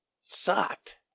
sucked